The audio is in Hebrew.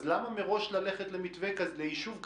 אז למה מראש ללכת ליישוב כזה?